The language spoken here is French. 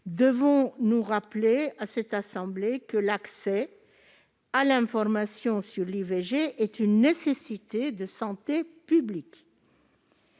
Devons-nous rappeler à cette assemblée que l'accès à l'information sur l'IVG est une nécessité de santé publique ?